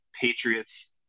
Patriots